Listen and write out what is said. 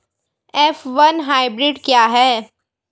F one hybrid क्या है?